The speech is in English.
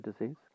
disease